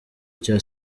cya